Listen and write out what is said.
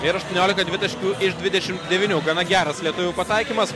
ir aštuonioliką dvitaškių iš dvidešimt devynių gana geras lietuvių pataikymas